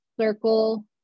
circle